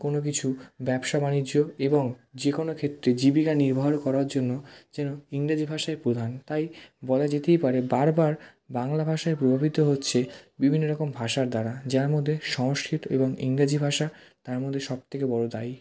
কোনো কিছু ব্যবসা বাণিজ্য এবং যে কোনো ক্ষেত্রে জীবিকা নির্বাহ করার জন্য যেন ইংরাজি ভাষাই প্রধান তাই বলা যেতেই পারে বার বার বাংলা ভাষায় প্রভাবিত হচ্ছে বিভিন্ন রকম ভাষার দ্বারা যার মধ্যে সংস্কৃত এবং ইংরাজি ভাষা তার মধ্যে সব থেকে বড়ো দায়ী